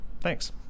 Thanks